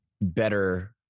Better